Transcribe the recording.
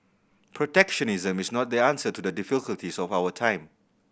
protectionism is not the answer to the difficulties of our time